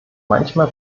manchmal